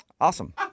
Awesome